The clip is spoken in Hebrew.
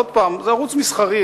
עוד פעם: זה ערוץ מסחרי,